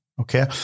okay